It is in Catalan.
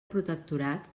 protectorat